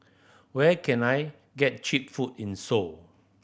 where can I get cheap food in Seoul